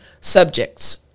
subjects